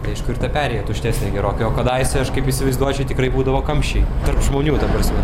tai iš kur ta perėja tuštesnė gerokai o kadaise aš kaip įsivaizduoju čia tikrai būdavo kamščiai tarp žmonių ta prasme